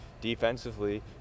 Defensively